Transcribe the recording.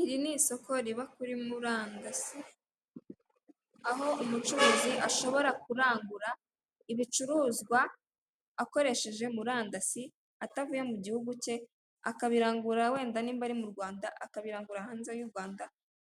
Iri ni isoko riba kuri murandasi, aho umucuruzi ashobora kurangura ibicuruzwa akoresheje murandasi, atavuye mu gihugu cye, akabirangura, wenda nimba ari mu Rwanda, akabirangura hanze y'u Rwanda,